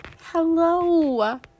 Hello